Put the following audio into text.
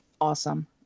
awesome